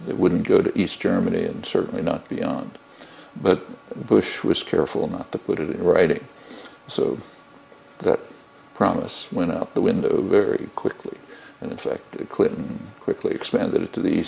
that wouldn't go to east germany and certainly not beyond but bush was careful not to put it in writing so that promise went out the window very quickly and in fact clinton quickly expanded it to the